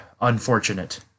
unfortunate